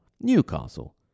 Newcastle